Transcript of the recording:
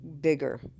bigger